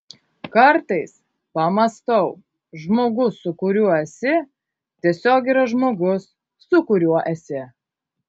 kartais pamąstau žmogus su kuriuo esi tiesiog yra žmogus su kuriuo esi